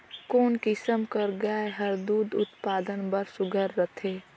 कोन किसम कर गाय हर दूध उत्पादन बर सुघ्घर रथे?